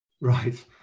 right